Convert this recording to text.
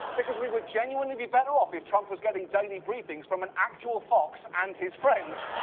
because we would genuinely be better off if trump was getting daily briefings from an actual fox and his friends,